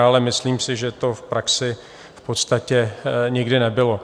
Ale myslím si, že to v praxi v podstatě nikdy nebylo.